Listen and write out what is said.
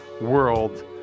world